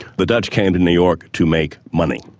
the dutch came to new york to make money,